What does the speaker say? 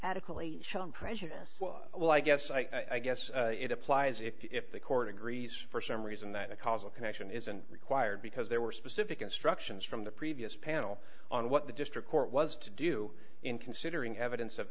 adequately shown prejudice well i guess i guess it applies if the court agrees for some reason that a causal connection isn't required because there were specific instructions from the previous panel on what the district court was to do in considering evidence of